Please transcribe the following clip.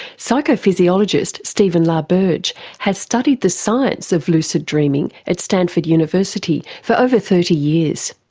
psychophysiologist stephen la berge has studied the science of lucid dreaming at stanford university for over thirty years.